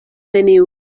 neniu